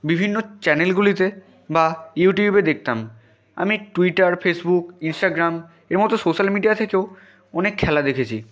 বিভিন্ন চ্যানেলগুলিতে বা ইউটিউবে দেখতাম আমি ট্যুইটার ফেসবুক ইনস্টাগ্রাম এর মতো সোশ্যাল মিডিয়াতে থেকেও অনেক খেলা দেখেছি